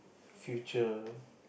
future